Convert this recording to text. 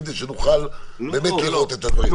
כדי שנוכל באמת לראות את הדברים.